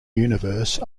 universe